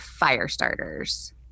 Firestarters